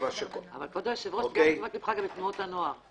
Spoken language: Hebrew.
כבוד היושב-ראש, תשומת ליבך גם לתנועות הנוער.